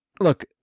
look